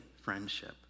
friendship